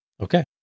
Okay